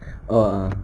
err